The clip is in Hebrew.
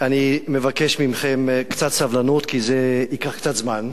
אני מבקש מכם קצת סבלנות, כי זה ייקח קצת זמן.